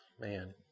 man